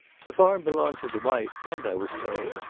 the farm belonged to the wife, and, i was told,